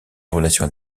relations